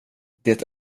det